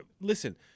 Listen